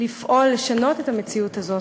לפעול לשנות את המציאות הזאת.